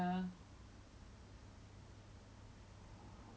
I mean like it's very disgusting to think about it that way lah but